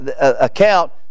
account